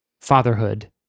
fatherhood